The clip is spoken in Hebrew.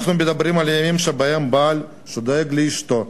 אנחנו מדברים על ימים שבהם בעל שדואג לאשתו,